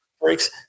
breaks